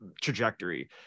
trajectory